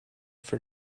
for